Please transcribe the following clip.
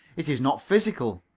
it is not physical.